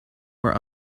were